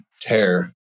tear